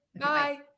Bye